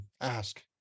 ask